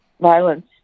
violence